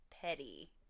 petty